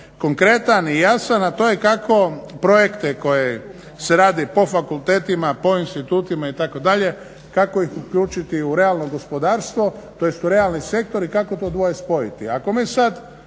konkretan i jasan, a to je kako projekte koji se rade po fakultetima, po institutima itd. kako ih uključiti u realnog gospodarstvo, tj. u realni sektor i kako to dvoje spojiti.